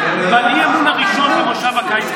ובאי-אמון הראשון במושב הקיץ,